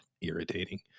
irritating